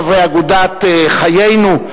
חברי אגודת "חיינו",